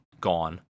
gone